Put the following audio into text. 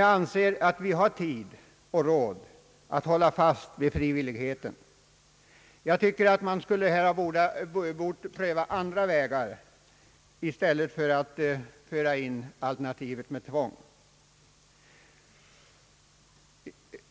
Jag anser emellertid att vi har tid och råd att hålla fast vid frivilligheten. Jag tycker att man bort pröva andra vägar i stället för att föra in alternativet med tvång.